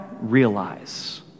realize